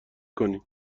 کنین